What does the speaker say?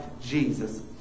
Jesus